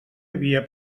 havia